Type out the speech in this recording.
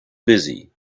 busy